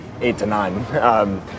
eight-to-nine